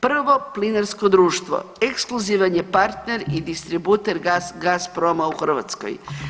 Prvo plinarsko društvo ekskluzivan je partner i distributer Gasproma u Hrvatskoj.